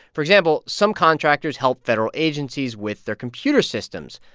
for example, some contractors help federal agencies with their computer systems.